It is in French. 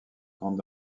grandes